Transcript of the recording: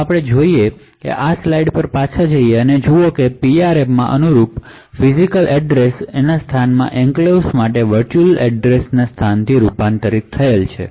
જો આપણે આ સ્લાઈડ પર પાછા જઈએ અને જુઓ કે હવે PRMમાં એન્ક્લેવ્સ માટે વર્ચુઅલ એડ્રેસ સ્પેસ ને અનુરૂપ ફિજિકલએડ્રેસ સ્પેસ માં રૂપાંતર છે